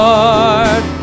Lord